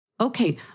Okay